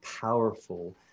powerful